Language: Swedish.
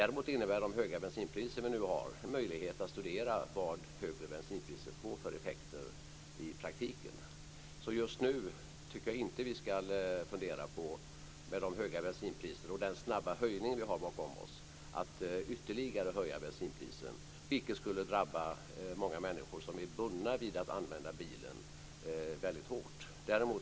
Däremot innebär de höga bensinpriser vi nu har en möjlighet att studera vad högre bensinpriser får för effekter i praktiken. Just nu tycker jag inte att vi ska fundera på, med de höga bensinpriser och den snabba höjning vi har bakom oss, att ytterligare höja bensinpriset. Det skulle drabba många människor som är bundna vid att använda bilen väldigt hårt.